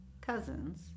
cousins